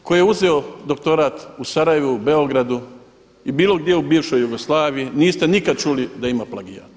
Tko je uzeo doktorat u Sarajevu, Beogradu i bilo gdje u bivšoj Jugoslaviji niste nikad čuli da ima plagijat.